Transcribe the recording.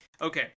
Okay